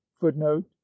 Footnote